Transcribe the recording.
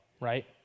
right